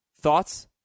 Thoughts